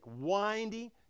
windy